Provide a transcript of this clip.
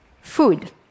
Food